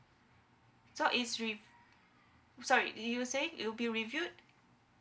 so is with sorry you were saying it will be reviewed